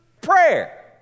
prayer